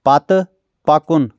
پتہٕ پکُن